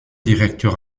directeur